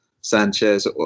Sanchez